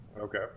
Okay